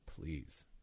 please